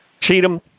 Cheatham